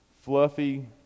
fluffy